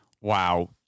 Wow